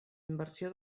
inversió